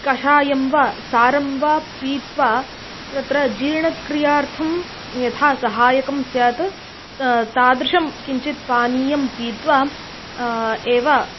कषायं वा सारं वा पीत्वा तत्र जीर्णक्रियार्थं यथा सहायकं स्यात् तादृशं किञ्चित् पानीयं पीत्वा एव